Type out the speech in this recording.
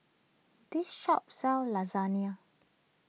this shop sells